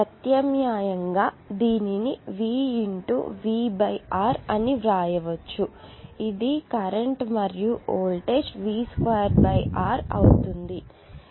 ప్రత్యామ్నాయం గా దీనిని V × V R అని వ్రాయవచ్చు ఇది కరెంట్ మరియు వోల్టేజ్ ఇక్కడ V2R అవుతుంది